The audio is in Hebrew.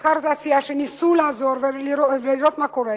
שניסה לעזור ולראות מה קורה,